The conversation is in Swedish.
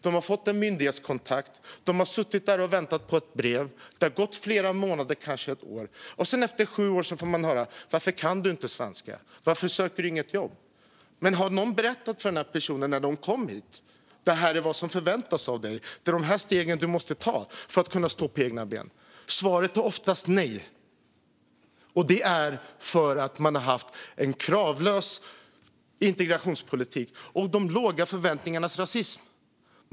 De har fått en myndighetskontakt, och de har suttit där och väntat på ett brev. Det har gått flera månader eller kanske ett år. Och sedan, efter sju år, får man höra: Varför kan du inte svenska? Varför söker du inget jobb? Men har någon berättat för den här personen när hon eller han kom hit att det här är vad som förväntas av dig? Det är de här stegen du måste ta för att kunna stå på egna ben. Har någon berättat detta? Svaret är oftast nej, och det beror på att man har haft en kravlös integrationspolitik och de låga förväntningarnas rasism.